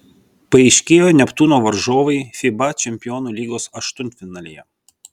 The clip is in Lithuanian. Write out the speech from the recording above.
paaiškėjo neptūno varžovai fiba čempionų lygos aštuntfinalyje